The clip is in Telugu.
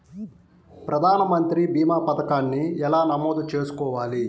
ప్రధాన మంత్రి భీమా పతకాన్ని ఎలా నమోదు చేసుకోవాలి?